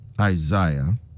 Isaiah